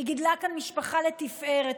היא גידלה כאן משפחה לתפארת,